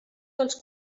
dels